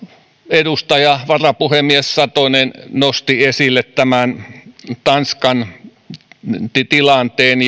edustaja varapuhemies satonen nosti myöskin esille tanskan tilanteen